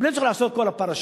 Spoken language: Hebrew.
בלי הצורך לעשות את כל הפרשה.